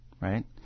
right